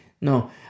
No